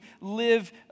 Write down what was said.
live